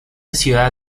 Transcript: ciudad